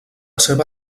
seva